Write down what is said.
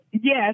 Yes